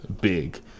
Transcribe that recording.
big